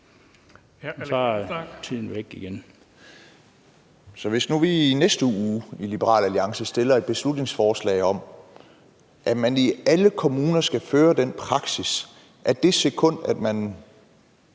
Så hvis nu vi i Liberal Alliance i næste uge fremsætter et beslutningsforslag om, at man i alle kommuner skal føre den praksis, at det sekund, man